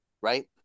right